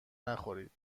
نخورید